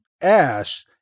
Ash